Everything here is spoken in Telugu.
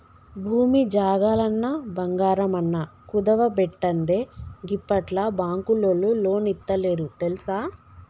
భూమి జాగలన్నా, బంగారమన్నా కుదువబెట్టందే గిప్పట్ల బాంకులోల్లు లోన్లిత్తలేరు తెల్సా